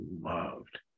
loved